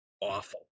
awful